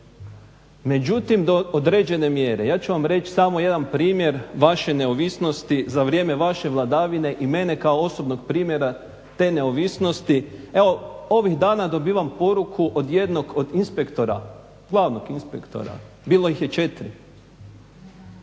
međutim do određene mjere. Ja ću vam reći samo jedan primjer vaše neovisnosti za vrijeme vaše vladavine i mene kao osobnog primjera te neovisnosti. Evo ovih dana dobivam poruku od jednog od inspektora, glavnog inspektora, bilo ih je 4.